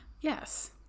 yes